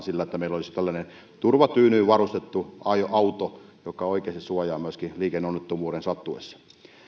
sillä että meillä olisi tällainen turvatyynyin varustettu auto joka oikeasti suojaa myöskin liikenneonnettomuuden sattuessa